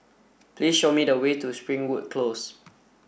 please show me the way to Springwood Close